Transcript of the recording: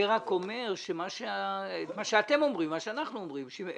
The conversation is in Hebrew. זה רק אומר את מה שאתם אומרים, מה שאנחנו אומרים,